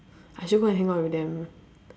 I should go and hang out with them